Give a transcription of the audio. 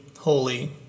holy